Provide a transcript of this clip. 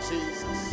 Jesus